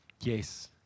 Yes